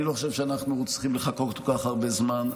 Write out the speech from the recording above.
אני לא חושב שאנחנו צריכים לחכות כל כך הרבה זמן.